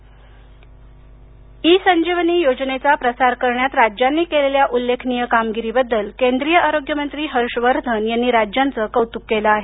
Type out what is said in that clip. E Sanjeevani योजनेचा प्रसार करण्यात राज्यांनी केलेल्या उल्लेखनीय कामगिरी बद्दल केंद्रीय आरोग्य मंत्री हर्ष वर्धन यांनी राज्यांचे कौतुक केलं आहे